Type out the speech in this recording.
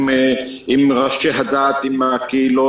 עם הקהילות,